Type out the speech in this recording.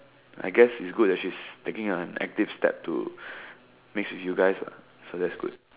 I guess is good that she's taking an active step to mix with you guys what so that's good